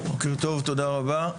תודה רבה.